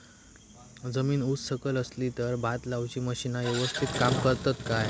जमीन उच सकल असली तर भात लाऊची मशीना यवस्तीत काम करतत काय?